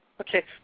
Okay